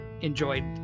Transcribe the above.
enjoyed